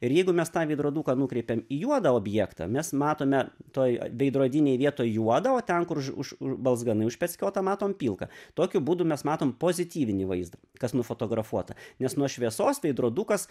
ir jeigu mes tą veidroduką nukreipiam į juodą objektą mes matome toj veidrodinėj vietoj juoda o ten už už balzganai užpeckiota matom pilka tokiu būdu mes matom pozityvinį vaizdą kas nufotografuota nes nuo šviesos veidrodukas